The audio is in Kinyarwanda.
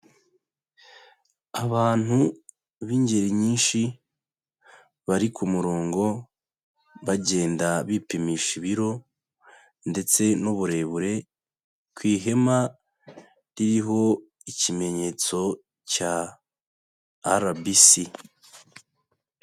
Abantu b'ingeri nyinshi bari ku murongo, bagenda bipimisha ibiro ndetse n'uburebure ku ihema ririho ikimenyetso cya RBC.